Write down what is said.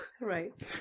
Right